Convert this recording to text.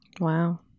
Wow